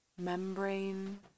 membrane